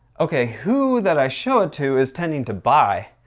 okay, who that i show it to is tending to buy,